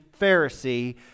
Pharisee